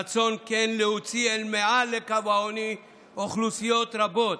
רצון כן להוציא אל מעל לקו העוני אוכלוסיות רבות.